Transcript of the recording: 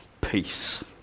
peace